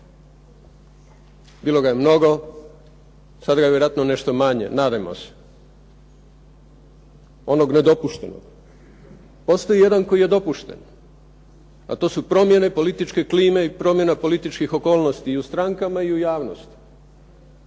Bilo ga je mnogo, sad ga je vjerojatno nešto manje, nadajmo se, onog nedopuštenog. Postoji jedan koji je dopušten, a to su promjene političke klime i promjena političkih okolnosti i u strankama i u javnosti.